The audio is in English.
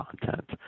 content